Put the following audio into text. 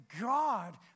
God